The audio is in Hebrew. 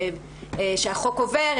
כשהחוק עובר,